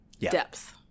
depth